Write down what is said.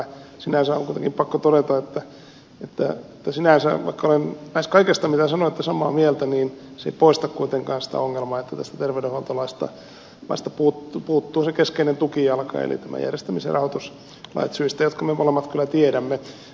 sinänsä on kuitenkin pakko todeta että sinänsä vaikka olen lähes kaikesta mitä sanoitte samaa mieltä se ei poista kuitenkaan sitä ongelmaa että tästä terveydenhuoltolaista puuttuu se keskeinen tukijalka eli nämä järjestämisen rahoituslait syistä jotka me kyllä molemmat kyllä tiedämme